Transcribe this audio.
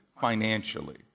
financially